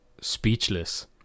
speechless